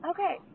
Okay